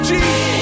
Jesus